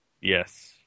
Yes